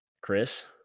Chris